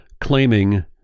claiming